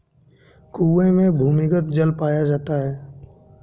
कुएं में भूमिगत जल पाया जाता है